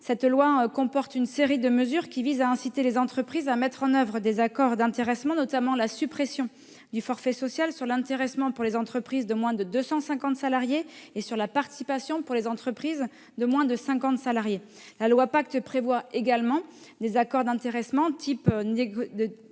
Ce texte comporte une série de mesures qui visent à inciter les entreprises à mettre en oeuvre des accords d'intéressement. Je pense notamment à la suppression du forfait social sur l'intéressement pour les entreprises de moins de 250 salariés et sur la participation pour les entreprises de moins de 50 salariés. La loi Pacte prévoit également des accords d'intéressement types négociés